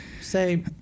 say